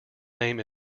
name